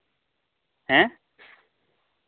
ᱦᱮᱸ